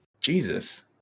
Jesus